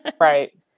Right